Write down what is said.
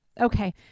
Okay